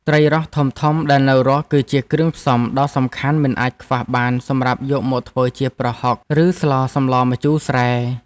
ត្រីរ៉ស់ធំៗដែលនៅរស់គឺជាគ្រឿងផ្សំដ៏សំខាន់មិនអាចខ្វះបានសម្រាប់យកមកធ្វើជាប្រហុកឬស្លសម្លម្ជូរស្រែ។